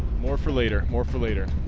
more for later more for later